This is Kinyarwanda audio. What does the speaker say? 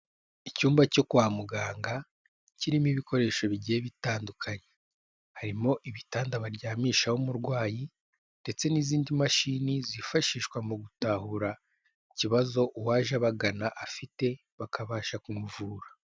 Icyumba cyo kwa muganga kirimo ibikoresho bigiye bitandukanye, harimo ibitanda baryamishaho umurwayi ndetse n'izindi mashini zifashishwa mu gutahura ikibazo uwaje abagana afite bakabasha kumuvura.